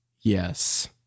yes